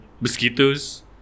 mosquitoes